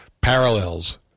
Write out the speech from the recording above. parallels